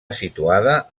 situada